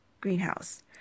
Greenhouse